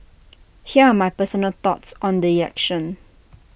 here are my personal thoughts on the elections